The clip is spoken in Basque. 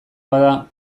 bada